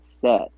set